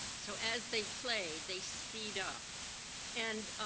so, as they played they speed up and